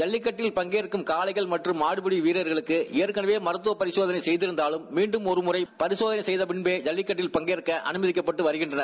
ஜல்லிக்ட்டில் பங்கேற்றம் காளைகள் மற்றம் மாடுவிடி விரா்களுக்கு ஏற்கனவே மருத்தவ பரிசோதளை செய்திருந்தாலும் மீண்டும் ஒரு முறை பரிசோதளை செய்த பிள்ளரே ஜல்லிக்கட்டில் பங்கேற்க அழைதிக்கப்பட்டு வருகின்றனர்